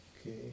okay